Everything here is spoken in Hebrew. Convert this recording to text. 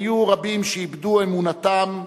גיסא היו רבים שאיבדו אמונתם,